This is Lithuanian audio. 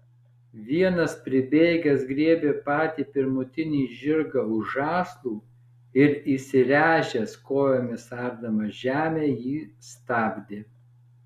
vienas pribėgęs griebė patį pirmutinį žirgą už žąslų ir įsiręžęs kojomis ardamas žemę jį stabdė